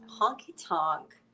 honky-tonk